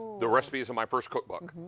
the recipe is in my first cookbook.